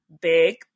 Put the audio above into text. big